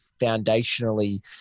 foundationally